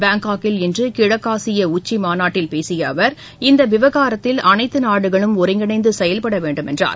பாங்காக்கில் இன்று கிழக்கு ஆசிய உச்சி மாநாட்டில் பேசிய அவர் இந்த விவகாரத்தில் அனைத்து நாடுகளும் ஒருங்கிணைந்து செயல்பட வேண்டும் என்றார்